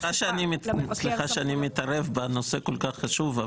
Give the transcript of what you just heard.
--- סליחה שאני מתערב בנושא כל כך חשוב,